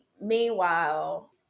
Meanwhile